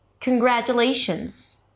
congratulations